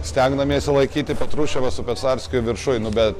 stengdamiesi laikyti petrušiovą su pesarskiu viršuj nu be